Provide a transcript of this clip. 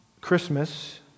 Christmas